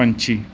ਪੰਛੀ